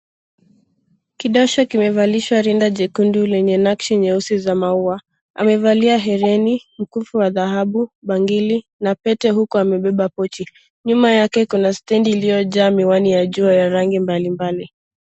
Kidosho kimevalishwa rinda jekundu lenye nakshi nyeusi za maua. Amevalia hereni, mkufu wa dhahabu, bangili na pete. Huku amebeba pochi. Nyuma yake kuna stendi iliyojaa miwani ya jua ya rangi mbalimbali.